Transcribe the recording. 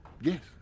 yes